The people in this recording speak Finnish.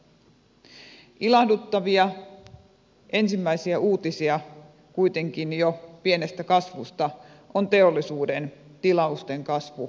ilahduttavia ensimmäisiä uutisia kuitenkin jo pienestä kasvusta on teollisuuden tilausten kasvu alkuvuodelta